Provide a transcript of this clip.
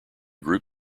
group